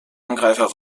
angreifer